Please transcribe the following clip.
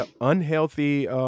unhealthy